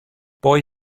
boy